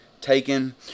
taken